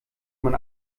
man